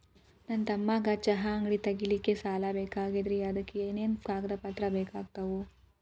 ನನ್ನ ತಮ್ಮಗ ಚಹಾ ಅಂಗಡಿ ತಗಿಲಿಕ್ಕೆ ಸಾಲ ಬೇಕಾಗೆದ್ರಿ ಅದಕ ಏನೇನು ಕಾಗದ ಪತ್ರ ಬೇಕಾಗ್ತವು?